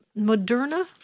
Moderna